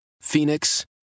Phoenix